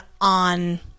on